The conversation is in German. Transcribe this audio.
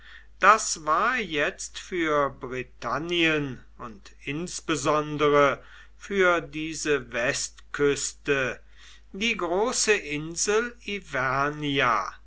das war jetzt für britannien und insbesondere für diese westküste die große insel